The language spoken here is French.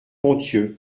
ponthieu